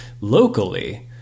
locally